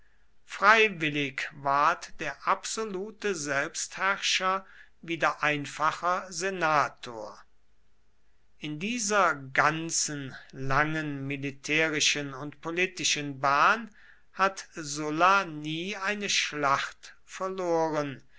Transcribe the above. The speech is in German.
freiwillig ward der absolute selbstherrscher wieder einfacher senator in dieser ganzen langen militärischen und politischen bahn hat sulla nie eine schlacht verloren